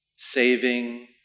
Saving